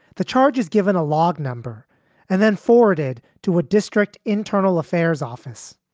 the charge is given a log number and then forwarded to a district internal affairs office.